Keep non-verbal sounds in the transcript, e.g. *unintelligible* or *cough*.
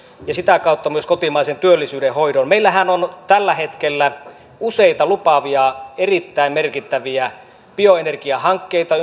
ja sitä kautta myös kotimaisen työllisyyden hoidon meillähän on tällä hetkellä ympäri suomea useita lupaavia erittäin merkittäviä bioenergiahankkeita *unintelligible*